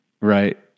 Right